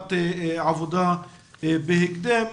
ישיבת עבודה בהקדם.